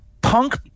punk